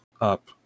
up